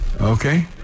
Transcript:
Okay